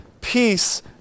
peace